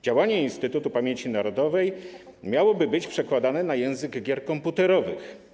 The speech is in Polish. Działanie Instytutu Pamięci Narodowej miałoby być przekładane na język gier komputerowych.